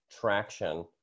traction